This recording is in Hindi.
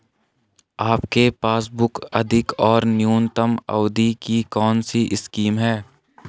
आपके पासबुक अधिक और न्यूनतम अवधि की कौनसी स्कीम है?